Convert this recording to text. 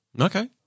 Okay